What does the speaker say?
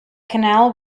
canal